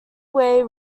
way